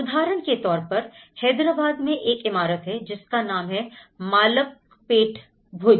उदाहरण के तौर पर हैदराबाद में एक इमारत है जिसका नाम है मालकपेट भुज